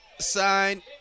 sign